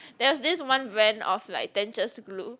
there's this one brand of like dentures glue